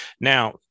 Now